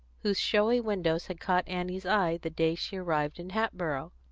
whose showy windows had caught annie's eye the day she arrived in hatboro'.